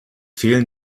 fehlen